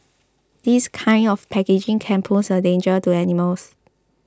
this kind of packaging can pose a danger to animals